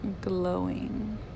Glowing